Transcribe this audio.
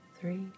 Three